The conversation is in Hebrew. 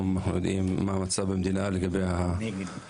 אנחנו יודעים מה המצב במדינה לגבי החסימות.